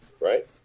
right